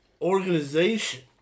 Organization